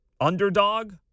underdog